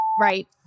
right